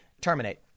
terminate